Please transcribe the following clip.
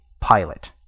pilot